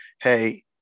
hey